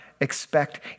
expect